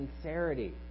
sincerity